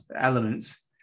elements